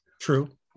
true